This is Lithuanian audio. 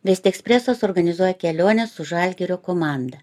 vest ekspresas organizuoja keliones su žalgirio komanda